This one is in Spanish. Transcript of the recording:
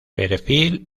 perfil